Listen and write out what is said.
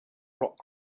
rock